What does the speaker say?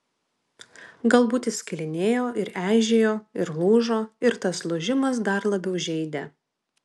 galbūt jis skilinėjo ir eižėjo ir lūžo ir tas lūžimas dar labiau žeidė